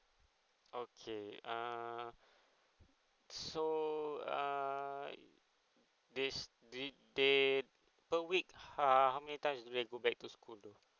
okay err so err these they they per week uh how many times they go back to school to